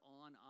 on